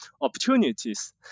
opportunities